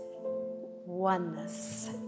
oneness